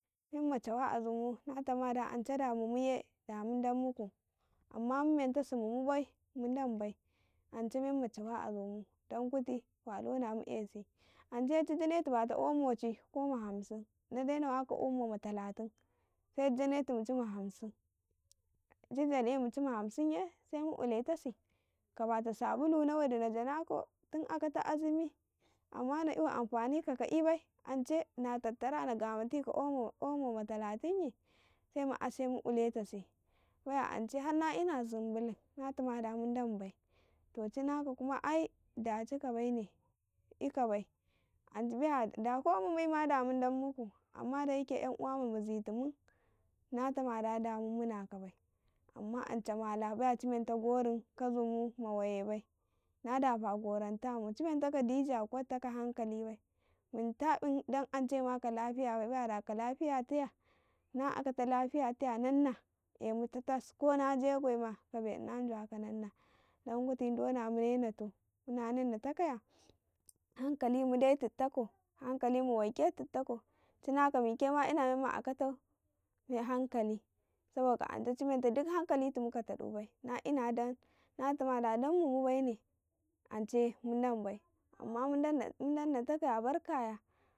Mamama cawa azumu na tamado ance da mumuye da mu muku amman munentasi mumentasi mumu bai mu dan bai ance memma chawa a zumnu dan kuti walona mu esi, ance se ci janeti bata omoci koma ansim inade nawaka amoma ma talatun se janeti mucima hamsin janene muci ma ma talatun yi ye se mu uletasi kabata sabulana wadi najana kau tun akata azumi amman na''yu menka ka'ibai ance natattara na gamati ka omona'a ma talatunyi he mu ase mu ule tasi baya ance har na ina zumbulum natama da mudan bai to cinaka ka kuma 'yikabai ai dacika baine ikabai ance biya da ko mumuima da da mudankau amma da yake yanuwama mizitimun na tama da damumuna ka bai amma ance mala baya ci menta gorin kazumun ma waye bai na dafa goramta mu ci menta ka dija kwat taka ka hankalibai bai munta bun dan ance ma ka lafiya bai, da ka lafiya ye na' akata lafiyataya ya nanna e mu tatas kona regoima na jawa ka nannan don kuti doma munene tau munanenatakaya akalitu dai tuttako mu de tudtakau hanka lima waike tudtakau cinaka mike mai ina memma akatau hankali saboka nance ci naka gid hankali tun ka tadu bai na'ina dan natama da dan mumu baine ance mudanbai amma mudanna takaya barkaya.